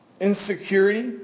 Insecurity